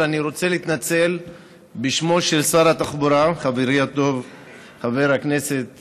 חבר הכנסת